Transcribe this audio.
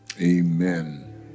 Amen